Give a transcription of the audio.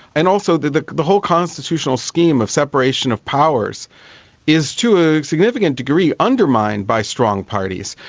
and also the the whole constitutional scheme of separation of powers is to a significant degree undermined by strong parties.